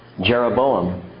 Jeroboam